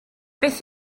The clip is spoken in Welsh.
beth